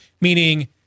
Meaning